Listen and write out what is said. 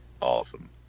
Awesome